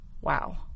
Wow